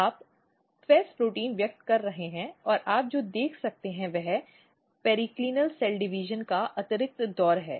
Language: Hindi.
आप FEZ प्रोटीन व्यक्त कर रहे हैं और आप जो देख सकते हैं वह पेरीक्लिनल कोशिका विभाजन का अतिरिक्त दौर है